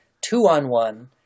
two-on-one